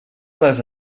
les